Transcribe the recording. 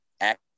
act